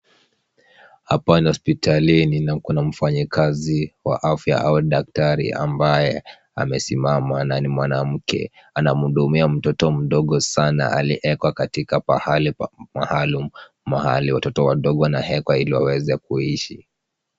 Hapa ni hospitalini na kuna mfanyikazi wa afya au daktari ambaye amesimama na ni mwanamke. Anamhudumia mtoto mdogo sana aliyeekwa katika pahali maalumu, mahali watoto wadogo wanaekwa ili waweze kuishi.